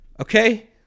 Okay